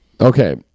okay